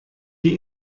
die